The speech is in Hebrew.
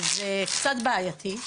זה קצת בעייתי.